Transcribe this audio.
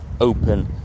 open